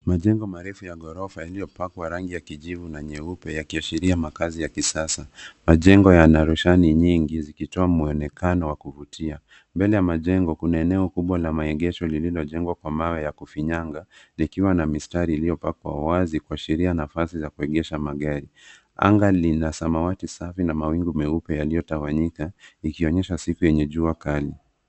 Majengo marefu ya ghorofa yaliyopakwa rangi ya kijivu na nyeupe yakiashiria makaazi ya kisasa. Majengo yana roshani nyingi zikitoa mwonekano wa kuvutia. Mbele ya jengo kuna eneo kubwa la maegesho lililojengwa kwa mawe ya kufinyanga likiwa na mistari iliyopakwa wazi kuashiria nafasi za kuegesha magari. Anga ni la samawati safi na mawingu meupe yaliyotawanyika likionyesha siku lenye jua kali.